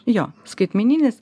jo skaitmeninis